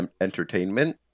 entertainment